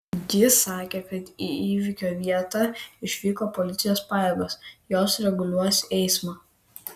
ji sakė kad į įvykio vietą išvyko policijos pajėgos jos reguliuos eismą